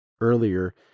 earlier